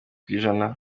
kw’ijana